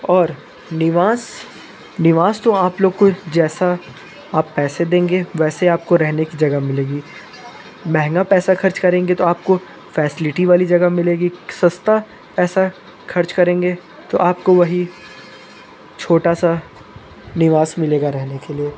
और निवास निवास तो आप लोग को जैसा आप पैसे देंगे वैसे आपको रहने की जगह मिलेगी महंगा पैसा ख़र्च करेंगे तो आपको फैसिलिटी वाली जगह मिलेगी सस्ता पैसा ख़र्च करेंगे तो आपको वही छोटा सा निवास मिलेगा रहने के लिए